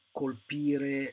colpire